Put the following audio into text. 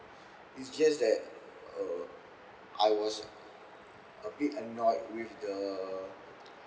it's just that uh I was a bit annoyed with the